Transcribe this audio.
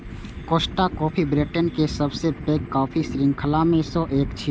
Costa coffee Britain के सबसं पैघ कॉफी शृंखला मे सं एक छियै